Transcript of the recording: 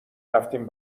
رفتیم